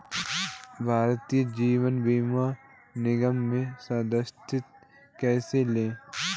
भारतीय जीवन बीमा निगम में सदस्यता कैसे लें?